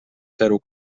zero